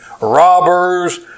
robbers